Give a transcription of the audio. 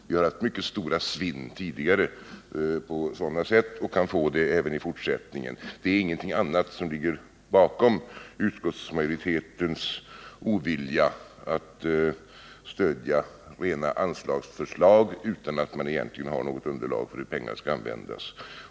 Vi har haft mycket stora svinn härvidlag tidigare och kan få det även i fortsättningen. Det är ingenting annat som ligger bakom utskottsmajoritetens ovilja — man vill inte stödja rena anslagsförslag utan att egentligen ha något underlag för hur pengarna skall användas.